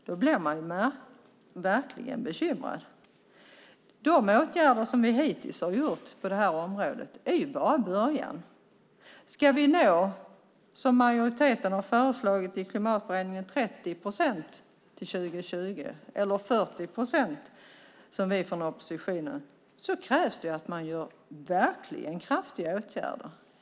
Då blir jag verkligen bekymrad. De åtgärder som hittills har vidtagits på området är bara en början. Om vi ska nå 30 procent, som majoriteten i Klimatberedningen har föreslagit, till 2020 eller de 40 procent som vi i oppositionen föreslår, krävs det kraftfulla åtgärder.